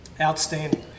Outstanding